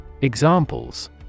Examples